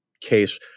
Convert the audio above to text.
case